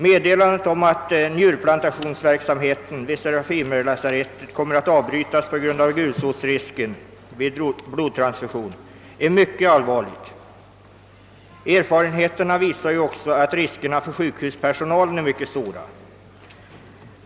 Meddelandet om att njurtransplantationsverksamheten vid serafimerlasarettet kommer att avbrytas på grund av gulsotsrisken vid blodtransfusion är mycket allvarligt. Erfarenheten visar också att riskerna för sjukhuspersonalen är mycket stora.